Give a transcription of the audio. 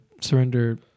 surrender